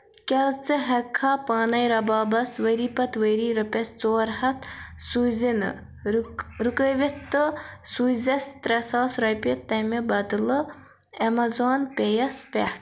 کیٛاہ ژٕ ہیٚکِکھا پانے رَبابَس ؤری پتہٕ ؤری رۄپیَس ژور ہَتھ سوزِنہٕ رُکاوِتھ تہٕ سوززیٚس ترٚےٛ ساس رۄپیہِ تمہِ بدلہٕ اَمیزان پے یَس پٮ۪ٹھ؟